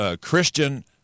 Christian